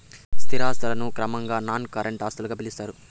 స్థిర ఆస్తులను క్రమంగా నాన్ కరెంట్ ఆస్తులుగా పిలుత్తారు